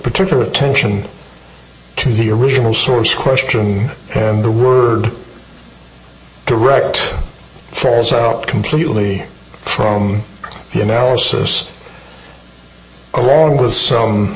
particular attention to the original source question and the direct force out completely from the analysis along with so